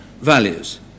values